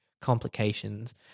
complications